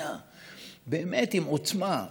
מדינה באמת עם עוצמה,